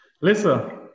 Lisa